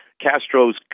Castro's